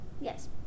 yes